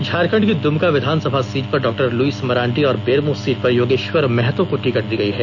झारखण्ड की दुमका विधानसभा सीट पर डॉक्टर लुईस मरांडी और बेरमो सीट पर योगेश्वर महतो को टिकट दी गई है